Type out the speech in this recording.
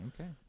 Okay